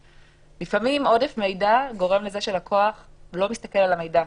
לפעמים עודף מידע גורם לזה שלקוח לא מסתכל על המידע,